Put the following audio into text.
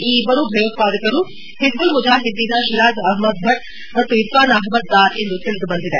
ಈ ಇಬ್ಬರೂ ಭಯೋತ್ವಾದಕರು ಹಿಜ್ಬುಲ್ ಮುಜಾಹಿದ್ದೀನ್ನ ಶಿರಾಜ್ ಅಹ್ಮದ್ ಭಟ್ ಮತ್ತು ಇರ್ಫಾನ್ ಅಹ್ಮದ್ ದಾರ್ ಎಂದು ತಿಳಿದುಬಂದಿದೆ